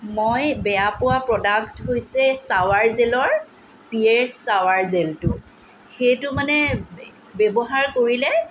মই বেয়া পোৱা প্ৰডাক্ট হৈছে চাৱাৰ জেলৰ পিয়েৰ্চ চাৱাৰ জেলটো সেইটো মানে ব্যৱহাৰ কৰিলে